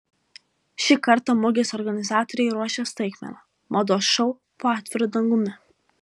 šį kartą mugės organizatoriai ruošia staigmeną mados šou po atviru dangumi